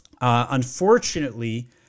Unfortunately